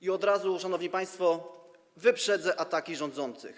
I od razu, szanowni państwo, wyprzedzę ataki rządzących.